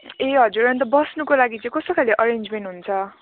ए हजुर अन्त बस्नुको लागि चाहिँ कस्तो खाले अरेन्जमेन्ट हुन्छ